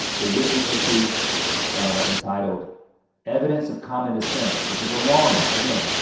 the wiki entry entitled evidence of common descent which is a long one again.